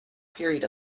period